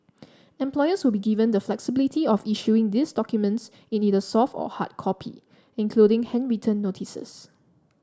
employers will be given the flexibility of issuing these documents in either soft or hard copy including handwritten notices